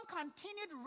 continued